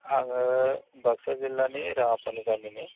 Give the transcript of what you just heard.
आङो बाक्सा जिल्लानि राङापानि गामिनि